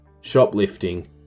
shoplifting